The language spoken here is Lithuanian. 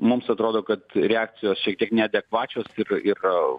mums atrodo kad reakcijos šiek tiek neadekvačios ir ir